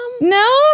No